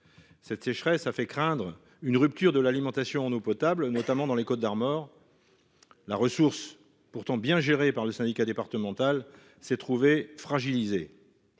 Cette sécheresse a fait craindre une rupture de l'alimentation en eau potable, notamment dans les Côtes-d'Armor. La ressource, pourtant bien gérée par le syndicat départemental, s'est retrouvée fragilisée.